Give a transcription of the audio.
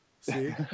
See